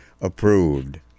approved